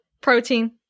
Protein